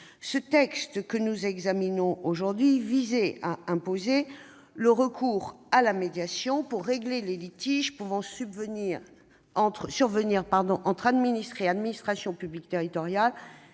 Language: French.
Le texte que nous examinons aujourd'hui visait à imposer le recours à la médiation pour régler les litiges pouvant survenir entre les administrés et l'administration publique territoriale